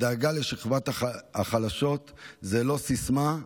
הדאגה לשכבות החלשות זו לא סיסמה,